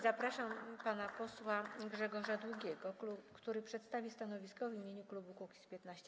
Zapraszam pana posła Grzegorza Długiego, który przedstawi stanowisko w imieniu klubu Kukiz’15.